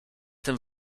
tym